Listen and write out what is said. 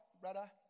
brother